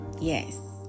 Yes